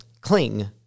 cling